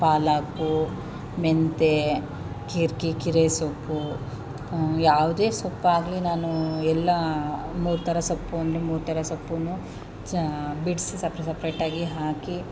ಪಾಲಕ್ ಮೆಂತ್ಯ ಕಿರ್ಕಿ ಕಿರೇ ಸೊಪ್ಪು ಯಾವುದೇ ಸೊಪ್ಪಾಗಲಿ ನಾನೂ ಎಲ್ಲ ಮೂರು ಥರ ಸೊಪ್ಪು ಅಂದ್ರೆ ಮೂರು ಥರ ಸೊಪ್ಪನ್ನೂ ಚಾ ಬಿಡಿಸಿ ಸಪ್ರೇಟ್ ಸಪ್ರೇಟಾಗಿ ಹಾಕಿ